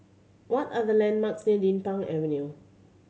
what are the landmarks Din Pang Avenue